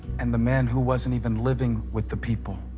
and the man who wasn't even living with the people?